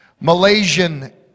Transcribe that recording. Malaysian